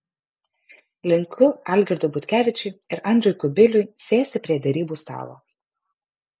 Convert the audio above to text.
linkiu algirdui butkevičiui ir andriui kubiliui sėsti prie derybų stalo